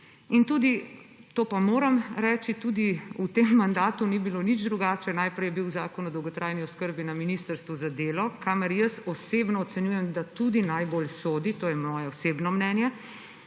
In tudi, to pa moram reči, v tem mandatu ni bilo nič drugače. Najprej je bil zakon o dolgotrajni oskrbi na ministrstvu za delo, kamor jaz osebno ocenjujem, da tudi najbolj sodi, to je moje osebno mnenje,